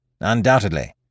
Undoubtedly